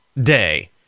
Day